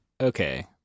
Okay